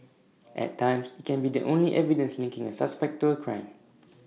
at times IT can be the only evidence linking A suspect to A crime